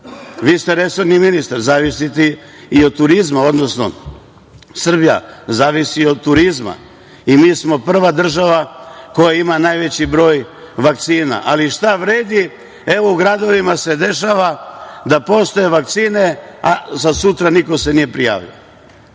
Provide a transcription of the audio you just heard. ste resorni ministar, zavisite i od turizma, odnosno Srbija zavisi od turizma i mi smo prva država koja ima najveći broj vakcina, ali šta vredi, evo, u gradovima se dešava da postoje vakcine, a za sutra se niko nije prijavio? Ajmo